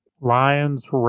Lions